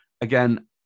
again